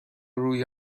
روی